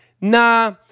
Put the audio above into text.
nah